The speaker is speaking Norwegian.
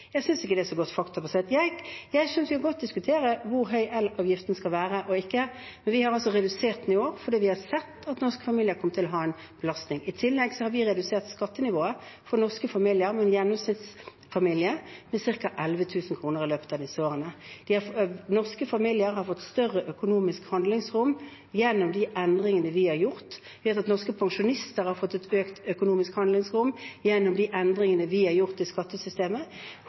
Jeg synes ikke det er så godt faktabasert. Vi kan godt diskutere hvor høy elavgiften skal være, men vi har altså redusert nivået fordi vi har sett at norske familier kom til å få en belastning. I tillegg har vi redusert skattenivået for en norsk gjennomsnittsfamilie med ca. 11 000 kr i løpet av disse årene. Norske familier har fått større økonomisk handlingsrom gjennom de endringene vi har gjort. Norske pensjonister har fått økt økonomisk handlingsrom gjennom de endringene vi har gjort i skattesystemet.